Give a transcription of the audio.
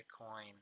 bitcoin